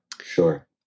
sure